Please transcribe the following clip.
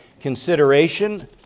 consideration